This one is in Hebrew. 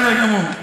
בסדר גמור.